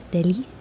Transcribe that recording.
Delhi